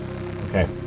Okay